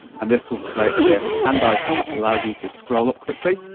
and this will create this hand icon, which allows you to scroll up quickly.